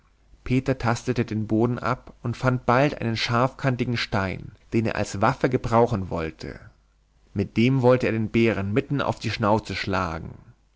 peter tastete den boden ab und fand bald einen scharfkantigen stein den er als waffe gebrauchen wollte mit dem wollte er den bären mitten auf die schnauze schlagen